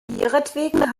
ihretwegen